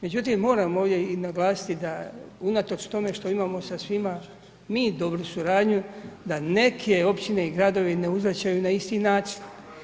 Međutim, moram ovdje i naglasiti da, unatoč tome što imamo sa svima mi dobru suradnju, da neke općine i gradovi ne uzvraćaju na isti način.